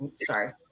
Sorry